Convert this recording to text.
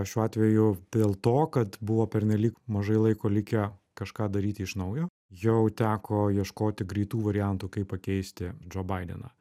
šiuo atveju dėl to kad buvo pernelyg mažai laiko likę kažką daryti iš naujo jau teko ieškoti greitų variantų kaip pakeisti džo baideną